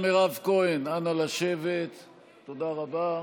תודה רבה.